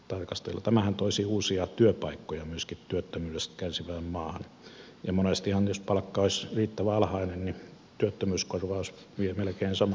tämähän toisi uusia työpaikkoja myöskin työttömyydestä kärsivään maahan ja monestihan jos palkka olisi riittävän alhainen työttömyyskorvaus veisi melkein saman summan